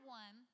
one